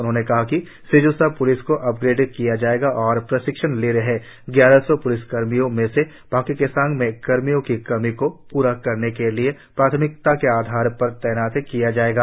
उन्होंने कहा कि सेजोसा प्लिस को अपग्रेड किया जायेगा और प्रशिक्षण ले रहे ग्यारह सौ प्लिस कर्मियों में से पाक्के केसांग में कर्मियों की कमी को पूरा करने के लिए प्राथमिकता के आधार पर तैनात की जाएगी